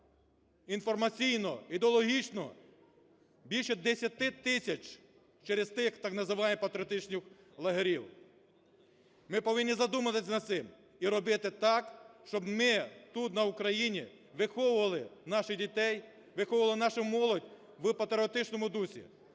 інформаційно, ідеологічно, більше 10 тисяч через тих так званих патріотичних лагерів. Ми повинні задуматися над цим і робити так, щоб ми тут, на Україні, виховували наших дітей, виховували нашу молодь в патріотичному дусі,